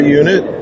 unit